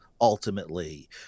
ultimately